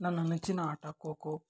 ನನ್ನ ನೆಚ್ಚಿನ ಆಟ ಖೊ ಖೋ